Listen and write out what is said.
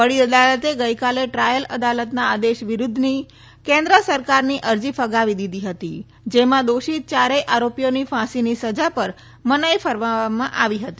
વડી અદાલતે ગઈકાલે ટ્રાયલ અદાલતના આદેશ વિરુધ્ધની કેન્દ્ર સરકારની અરજી ફગાવી દીધી હતી જેમાં દોષીત યારેય આરોપીઓની ફાંસીની સજા પર મનાઈ ફરવામાં આવી હતી